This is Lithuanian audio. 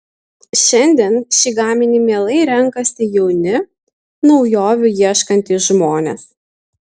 šiandien šį gaminį mielai renkasi jauni naujovių ieškantys žmonės